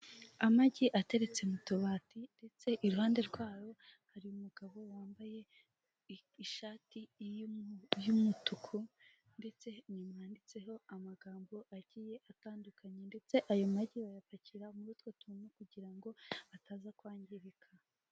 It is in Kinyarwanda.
Amagi ateretse mu tubati ndetse iruhande rwayo hari umugabo wambaye ishati y'umutuku ndetse inyuma yanditseho amagambo agiye atandukanye ndetse ayo magi bayapakira muri utwo tuntu kugira ngo ataza kwangirika.